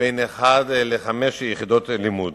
בין יחידה אחת לחמש יחידות לימוד,